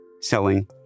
selling